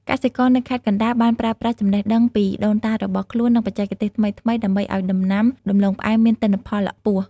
កសិករនៅខេត្តកណ្ដាលបានប្រើប្រាស់ចំណេះដឹងពីដូនតារបស់ខ្លួន និងបច្ចេកទេសថ្មីៗ ដើម្បីឱ្យដំណាំដំឡូងផ្អែមមានទិន្នផលខ្ពស់។